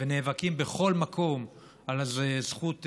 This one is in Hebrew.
ונאבקים בכל מקום על הזכות לדיור.